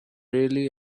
really